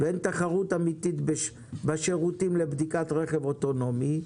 ואין תחרות אמיתית בשירותים לבדיקת רכב אוטונומי,